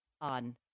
on